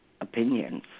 opinions